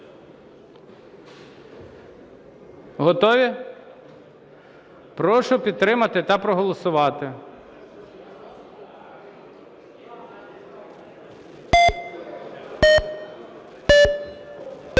Готові? Прошу підтримати та проголосувати.